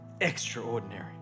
extraordinary